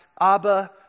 Abba